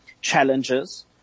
challenges